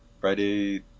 Friday